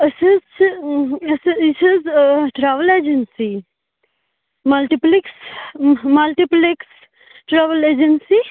أسۍ حظ چھِ یہِ چھِ حظ اۭں travel agency multiplex multiplex travel agency